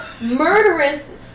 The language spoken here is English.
murderous